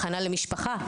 הכנה למשפחה,